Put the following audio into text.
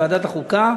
ועדת החוקה,